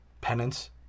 Penance